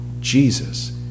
Jesus